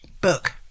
Book